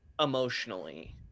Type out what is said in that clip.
emotionally